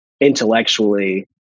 intellectually